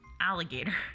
alligator